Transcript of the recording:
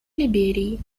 либерии